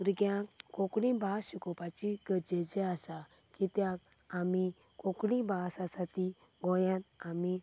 भुरग्यांक कोंकणी भास शिकोवपाची गरजेची आसा कित्याक आमी कोंकणी भास आसा ती गोंयांत आमी